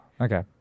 Okay